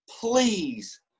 Please